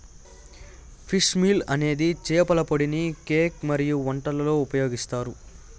fish meal అనేది చేపల పొడిని కేక్ మరియు వంటలలో ఉపయోగిస్తారు